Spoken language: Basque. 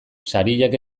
sariak